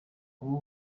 ubu